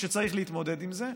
כשצריך להתמודד עם זה,